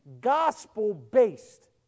gospel-based